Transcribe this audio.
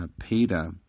Peter